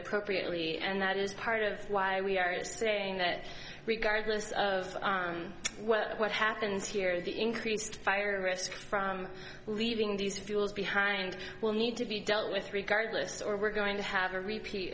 appropriately and that is part of why we are just saying that regardless of what happens here the increased fire risk from leaving these fuels behind will need to be dealt with regardless or we're going to have a repeat